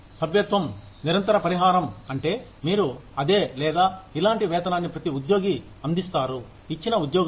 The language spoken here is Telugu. సభ్యత్వం నిరంతర పరిహారం అంటే మీరు అదే లేదా ఇలాంటి వేతనాన్ని ప్రతి ఉద్యోగి అందిస్తారు ఇచ్చిన ఉద్యోగంలో